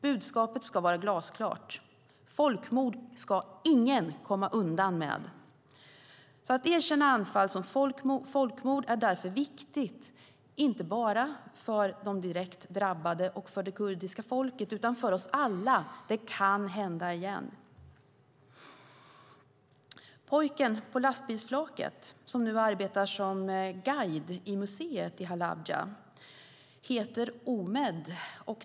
Budskapet ska vara glasklart. Folkmord ska ingen komma undan med. Att erkänna Anfal som folkmord är därför viktigt inte bara för de direkt drabbade och för det kurdiska folket utan för oss alla. Det kan hända igen. Pojken på lastbilsflaket som nu arbetar som guide i museet i Halabja heter Omed.